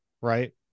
Right